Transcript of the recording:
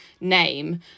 name